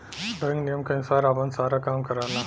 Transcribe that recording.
bank नियम के अनुसार आपन सारा काम करला